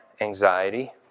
anxiety